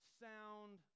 sound